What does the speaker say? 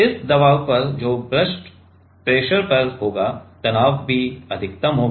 इस दबाव पर जो बर्स्ट प्रेशर पर होगा तनाव भी अधिकतम होगा